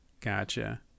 Gotcha